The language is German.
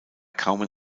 kamen